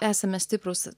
esame stiprūs